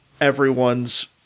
everyone's